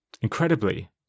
Incredibly